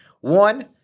One